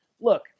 look